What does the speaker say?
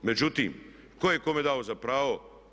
Međutim, tko je kome dao za pravo?